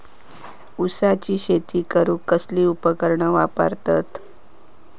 ऊसाची शेती करूक कसली उपकरणा वापरतत?